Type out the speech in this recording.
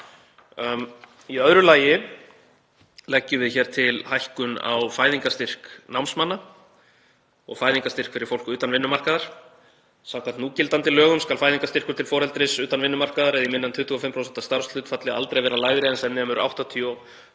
Í öðru lagi leggjum við til hækkun á fæðingarstyrk námsmanna og fæðingarstyrk fyrir fólk utan vinnumarkaðar. Samkvæmt núgildandi lögum skal fæðingarstyrkur til foreldris utan vinnumarkaðar eða í minna en 25% starfshlutfalli aldrei vera lægri en sem nemur